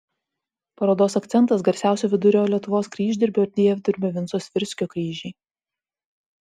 parodos akcentas garsiausio vidurio lietuvos kryždirbio ir dievdirbio vinco svirskio kryžiai